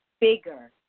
bigger